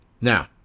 now